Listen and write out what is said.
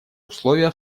условия